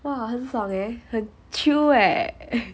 !wah! 很爽 eh 很 chill eh